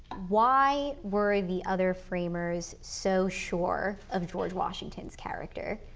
why were the other framers so sure of george washington's character?